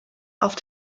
auf